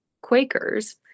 Quakers